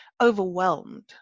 overwhelmed